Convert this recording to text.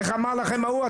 איך אמר לכם ההוא?